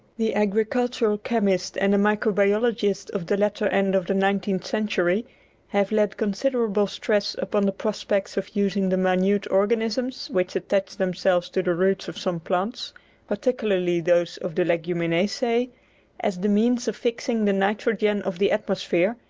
the agricultural chemist and the microbiologist of the latter end of the nineteenth century have laid considerable stress upon the prospects of using the minute organisms which attach themselves to the roots of some plants particularly those of the leguminaceae as the means of fixing the nitrogen of the atmosphere,